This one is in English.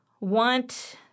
want